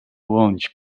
launch